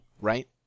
right